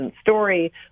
story